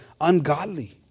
ungodly